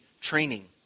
training